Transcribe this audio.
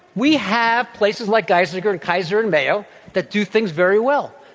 we have places like geisinger and kaiser and mayo that do things very well.